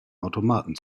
automaten